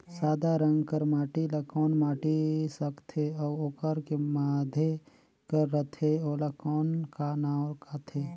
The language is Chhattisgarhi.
सादा रंग कर माटी ला कौन माटी सकथे अउ ओकर के माधे कर रथे ओला कौन का नाव काथे?